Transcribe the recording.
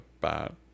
bad